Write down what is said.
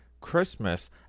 Christmas